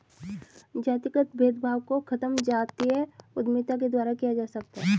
जातिगत भेदभाव को खत्म जातीय उद्यमिता के द्वारा किया जा सकता है